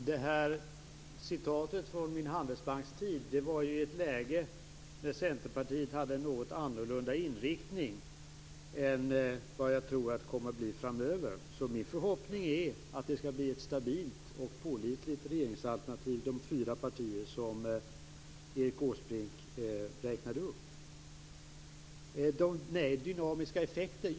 Herr talman! Referatet från min tid i Handelsbanken var i ett läge när Centerpartiet hade en något annorlunda inriktning än vad jag tror att det kommer att bli framöver. Min förhoppning är att de fyra partier som Erik Åsbrink räknade upp skall bli ett stabilt och pålitligt regeringsalternativ. Så till dynamiska effekter.